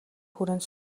хүрээнд